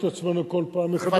כדי שנבדוק את עצמנו כל פעם מחדש.